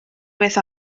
beth